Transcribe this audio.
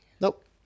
Nope